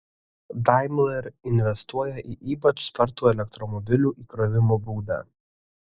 daimler investuoja į ypač spartų elektromobilių įkrovimo būdą